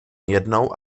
jednou